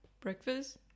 breakfast